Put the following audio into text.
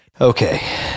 Okay